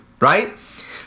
Right